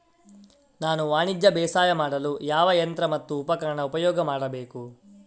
ನಾನು ವಾಣಿಜ್ಯ ಬೇಸಾಯ ಮಾಡಲು ಯಾವ ಯಂತ್ರ ಮತ್ತು ಉಪಕರಣ ಉಪಯೋಗ ಮಾಡಬೇಕು?